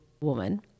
woman